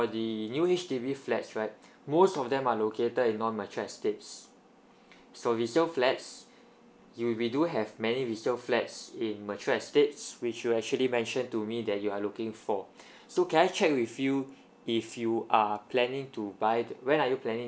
for the new H_D_B flats right most of them are located in non mature estates so resale flats you we do have many resale flats in mature estate which you actually mention to me that you are looking for so can I check with you if you are planning to buy when are you planning